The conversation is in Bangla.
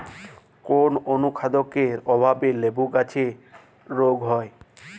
কোন অনুখাদ্যের অভাবে লেবু গাছের রোগ হয়?